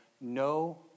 no